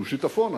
שהוא שיטפון,